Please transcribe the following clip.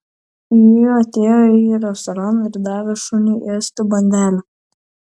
ji atėjo į restoraną ir davė šuniui ėsti bandelę